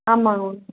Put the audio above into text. ஆமாம்ங்க மேம்